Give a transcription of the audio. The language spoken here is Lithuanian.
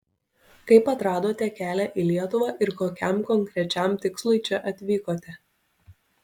kaip atradote kelią į lietuvą ir kokiam konkrečiam tikslui čia atvykote